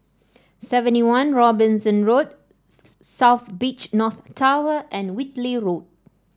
Seventy One Robinson Road South Beach North Tower and Whitley Road